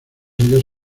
ellos